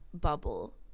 bubble